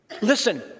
Listen